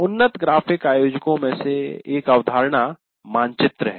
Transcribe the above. उन्नत ग्राफिक आयोजकों में से एक अवधारणा मानचित्र है